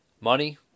Money